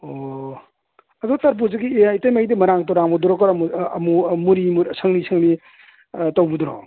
ꯑꯣ ꯑꯗꯣ ꯇꯔꯕꯨꯖꯒꯤ ꯑꯦ ꯏꯇꯩꯃꯩꯗꯤ ꯃꯔꯥꯡ ꯇꯨꯔꯥꯡꯕꯗꯨꯔꯣ ꯀꯔꯝꯕ ꯃꯨꯔꯤ ꯃꯨꯔꯤ ꯁꯪꯂꯤ ꯁꯪꯂꯤ ꯇꯧꯕꯗꯨꯔꯣ